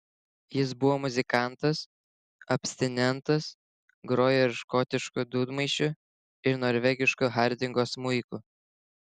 jis buvo muzikantas abstinentas grojo ir škotišku dūdmaišiu ir norvegišku hardingo smuiku